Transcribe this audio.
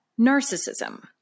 narcissism